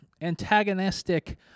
antagonistic